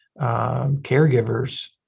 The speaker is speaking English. caregivers